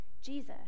Jesus